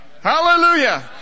Hallelujah